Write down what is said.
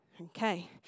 Okay